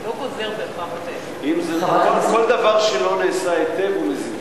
זה לא בהכרח, כל דבר שלא נעשה היטב הוא מזיק.